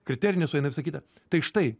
kriterijai nesueina visa kita tai štai